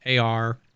AR